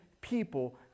people